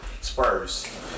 Spurs